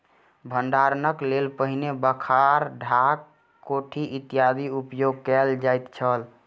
भंडारणक लेल पहिने बखार, ढाक, कोठी इत्यादिक उपयोग कयल जाइत छल